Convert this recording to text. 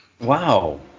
Wow